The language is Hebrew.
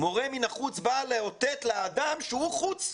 מורה מן החוץ באה לאותת לאדם שהוא חוץ,